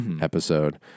episode